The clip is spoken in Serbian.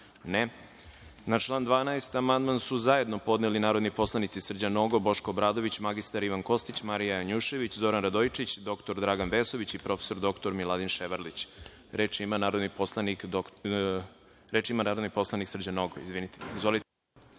(Ne.)Na član 12. amandman su zajedno podneli narodni poslanici Srđan Nogo, Boško Obradović, mr Ivan Kostić, Marija Janjušević, Zoran Radojičić, dr Dragan Vesović i prof. dr Miladin Ševarlić. Reč ima narodni poslanik Srđan Nogo. Izvolite.